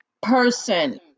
person